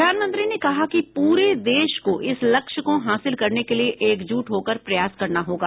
प्रधानमंत्री ने कहा कि पूरे देश को इस लक्ष्य को हासिल करने के लिए एकजुट होकर प्रयास करना होगा